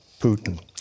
Putin